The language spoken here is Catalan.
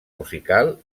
musical